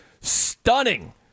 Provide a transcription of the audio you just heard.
stunning